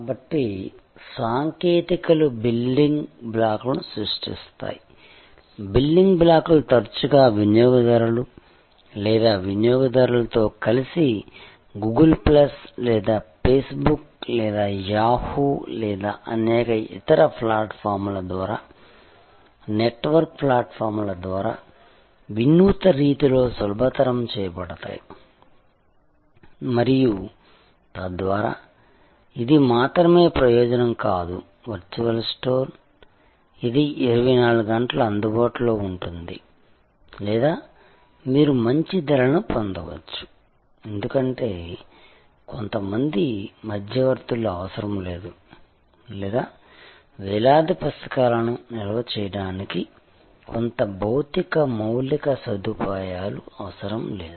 కాబట్టి సాంకేతికతలు బిల్డింగ్ బ్లాక్లను సృష్టిస్తాయి బిల్డింగ్ బ్లాక్లు తరచుగా వినియోగదారులు లేదా వినియోగదారులు తో కలిసి గూగుల్ ప్లస్ లేదా ఫేస్బుక్ లేదా యాహూ లేదా అనేక ఇతర ప్లాట్ఫారమ్ల ద్వారా నెట్వర్క్ ప్లాట్ఫారమ్ల ద్వారా వినూత్న రీతిలో సులభతరం చేయబడతాయి మరియు తద్వారా ఇది మాత్రమే ప్రయోజనం కాదు వర్చువల్ స్టోర్ ఇది 24 గంటలు అందుబాటులో ఉంటుంది లేదా మీరు మంచి ధరలను పొందవచ్చు ఎందుకంటే కొంతమంది మధ్యవర్తులు అవసరం లేదు లేదా వేలాది పుస్తకాలను నిల్వ చేయడానికి కొంత భౌతిక మౌలిక సదుపాయాలు అవసరం లేదు